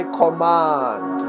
command